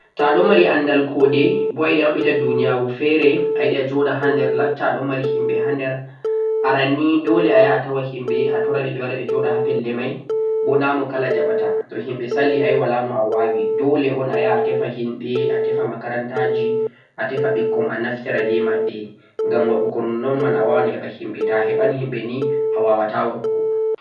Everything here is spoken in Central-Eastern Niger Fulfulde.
to a ɗo mari anndal ko'de, bo a yiɗi a maɓɓita duuniyaaru feere, a yiɗi a joɗa ha nder, latta a ɗo mari himɓe ha nder. aran ni, Doole a yaha a tawa himɓe a tora ɓe ɓe wara ɓe joɗa ha pelle may, bo na mo kala jaɓata, to himɓe sali ayi walaa no a waawi, Doole un a yaha a tefa himɓe, a tefa 'makaranta' ji, a tefa ɓikkon a naftira be maɓɓe, ngam waɗugo nonnon may a waawan a heɓa himɓe, to a heɓay himɓe ni a waawaata waɗugo.